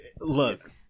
Look